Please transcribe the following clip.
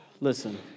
Listen